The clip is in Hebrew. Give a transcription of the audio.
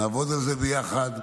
נעבוד על זה ביחד.